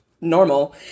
normal